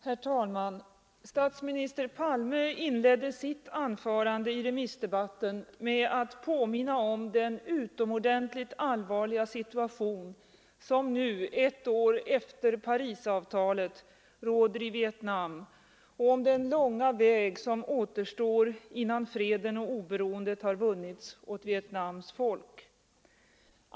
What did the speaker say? Herr talman! Statsminister Palme inledde sitt anförande i remissdebatten med att påminna om den utomordentligt allvarliga situation som nu, ett år efter Parisavtalet, råder i Vietnam och om den långa väg som återstår innan freden och oberoendet har vunnits åt Vietnams folk.